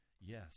Yes